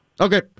Okay